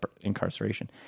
incarceration